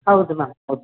ಹೌದು ಮ್ಯಾಮ್ ಹೌದು